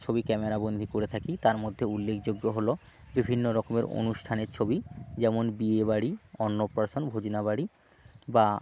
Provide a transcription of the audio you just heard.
ছবি ক্যামেরাবন্দি করে থাকি তার মধ্যে উল্লেখযোগ্য হল বিভিন্ন রকমের অনুষ্ঠানের ছবি যেমন বিয়েবাড়ি অন্নপ্রাশন ভোজনবাড়ি বা